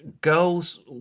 girls